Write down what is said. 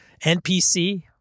NPC